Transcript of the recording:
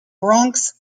bronx